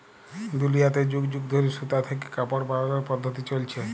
দুলিয়াতে যুগ যুগ ধইরে সুতা থ্যাইকে কাপড় বালালর পদ্ধতি চইলছে